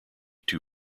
two